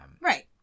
Right